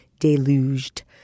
Deluged